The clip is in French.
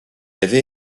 avait